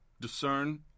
discern